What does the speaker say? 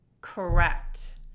correct